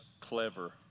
clever